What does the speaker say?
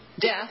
death